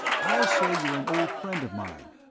i'll say you're an old friend of mine.